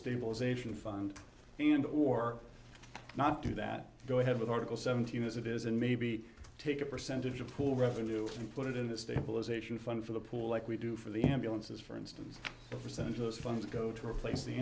stabilization fund and or not do that go ahead with article seventeen as it is and maybe take a percentage of pool revenue and put it into stabilization fund for the pool like we do for the ambulances for instance the percentage of those funds go to replace the